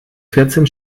vierzehn